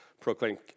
proclaim